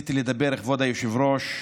רציתי לדבר, כבוד היושב-ראש,